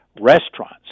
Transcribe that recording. restaurants